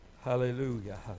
Hallelujah